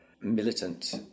militant